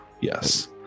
Yes